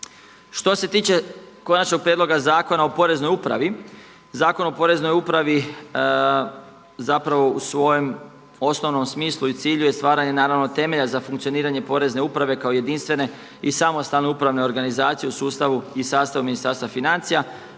Što se tiče konačnog prijedloga Zakona o poreznoj upravi, Zakon o poreznoj upravi zapravo u svojem osnovnom smislu i cilju je stvaranje naravno temelja za funkcioniranje porezne uprave kao jedinstvene i samostalne upravne organizacije u sustavu i sastavni sastav financija,